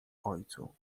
ojcu